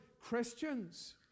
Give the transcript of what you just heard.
Christians